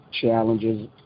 challenges